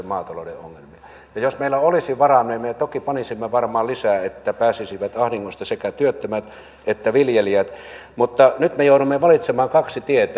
ja jos meillä olisi varaa niin me toki panisimme varmaan lisää että pääsisivät ahdingosta sekä työttömät että viljelijät mutta nyt me joudumme valitsemaan kaksi tietä